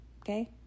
okay